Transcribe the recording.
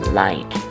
light